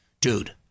Dude